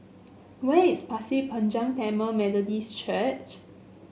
where is Pasir Panjang Tamil Methodist Church